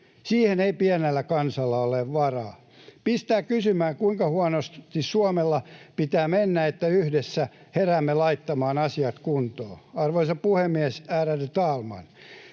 Siihen ei pienellä kansalla ole varaa. Pistää kysymään, kuinka huonosti Suomella pitää mennä, että yhdessä heräämme laittamaan asiat kuntoon? Arvoisa puhemies, ärade talman!